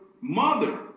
mother